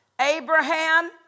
Abraham